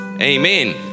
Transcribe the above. Amen